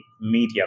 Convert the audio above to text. media